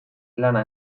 lana